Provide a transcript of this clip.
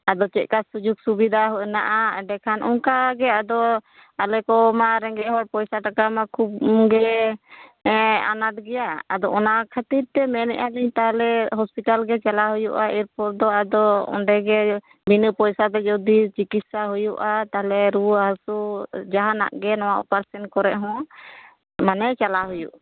ᱟᱫᱚ ᱪᱮᱫ ᱞᱮᱠᱟ ᱥᱩᱡᱳᱜᱽ ᱥᱩᱵᱤᱫᱟ ᱦᱮᱱᱟᱜᱼᱟ ᱮᱸᱰᱮᱠᱷᱟᱱ ᱚᱱᱠᱟ ᱜᱮ ᱟᱫᱚ ᱟᱞ ᱠᱚᱢᱟ ᱨᱮᱸᱜᱮᱡ ᱦᱚᱲ ᱯᱚᱭᱥᱟ ᱴᱟᱠᱟ ᱢᱟ ᱠᱷᱩᱵᱽ ᱜᱮ ᱟᱱᱟᱴ ᱜᱮᱭᱟ ᱟᱫᱚ ᱚᱱᱟ ᱠᱷᱟᱹᱛᱤᱨ ᱛᱮ ᱢᱮᱱᱮᱫ ᱞᱤᱧ ᱛᱟᱦᱚᱞᱮ ᱦᱳᱥᱯᱤᱴᱟᱞ ᱜᱮ ᱪᱟᱞᱟᱣ ᱦᱩᱭᱩᱜᱼᱟ ᱮᱨ ᱯᱚᱨ ᱫᱚ ᱟᱫᱚ ᱚᱸᱰᱮ ᱜᱮ ᱵᱤᱱᱟᱹ ᱯᱚᱭᱥᱟ ᱛᱮ ᱡᱩᱫᱤ ᱪᱤᱠᱤᱛᱥᱟ ᱦᱩᱭᱩᱜᱼᱟ ᱛᱟᱦᱚᱞᱮ ᱨᱩᱣᱟᱹ ᱦᱟᱹᱥᱩ ᱡᱟᱦᱟᱱᱟᱜ ᱜᱮ ᱱᱚᱣᱟ ᱚᱯᱟᱨᱮᱥᱮᱱ ᱠᱚᱨᱮᱫ ᱦᱚᱸ ᱢᱟᱱᱮ ᱪᱟᱞᱟᱣ ᱦᱩᱭᱩᱜᱼᱟ